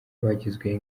abagizweho